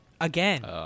again